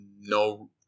no